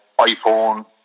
iPhone